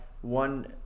one